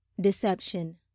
Deception